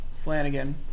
Flanagan